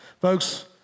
Folks